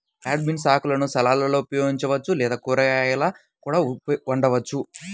broad beans ఆకులను సలాడ్లలో ఉపయోగించవచ్చు లేదా కూరగాయలా కూడా వండవచ్చు